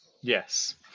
Yes